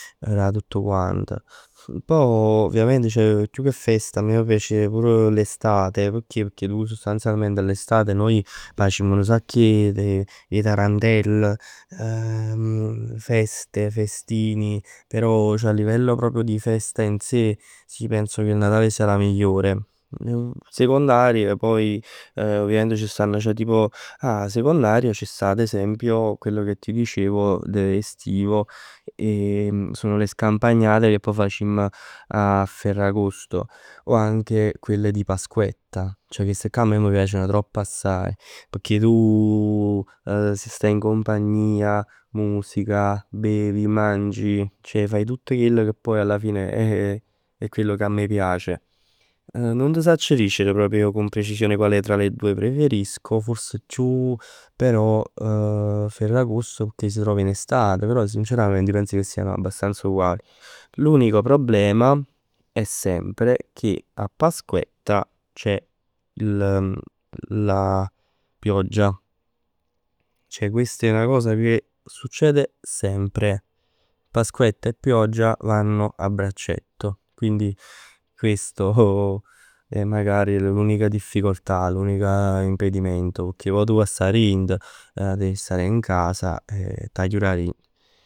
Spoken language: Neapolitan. Da tutt quant. Poj ovviamente più che festa a me m' piace pure l'estate. Pecchè sostanzialmente d'estate noi facimm nu sacc 'e tarantell, feste, festini, però a livello proprio di festa in se, ij pens proprio che il Natale sia il migliore. Secondario poi, ovviamente c' stann tipo. Ah, secondario c' sta ad esempio quello che ti dicevo dell'estivo e sono le scampagnate che pò facimm a Ferragosto, o anche quelle di Pasquetta. Ceh cheste'ccà a me m' piaceno tropp assaje, pecchè tu si sta in compagnia, musica, bevi, mangi, ceh faje tutt chell che poi alla fine è quello che a me piace. Nun t' sacc dicere proprio con precisione quale delle due preferisco, forse chiù, però Ferragosto, pecchè s' trova in estate. Però sinceramente ij pens che siano abbastanza uguali. L'unico problema è sempre che a Pasquetta c'è il, la pioggia. Ceh questo è una cosa che succede sempre. Pasquetta e pioggia vanno a braccetto. Quindi questo è magari l'unica difficoltà, l'unico impedimento, pecchè pò tu 'a sta arint. Devi stare in casa, e t' 'a chiur arint.